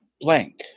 blank